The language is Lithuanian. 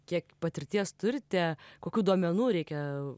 kiek patirties turite kokių duomenų reikia